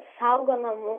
saugo namus